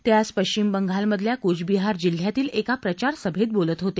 ते आज पश्चिम बंगालमधल्या कुच बिहार जिल्ह्यातील एका प्रचार सभेत बोलत होते